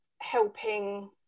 helping